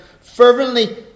Fervently